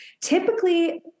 typically